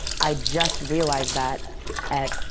i just realized that at,